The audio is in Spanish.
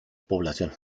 población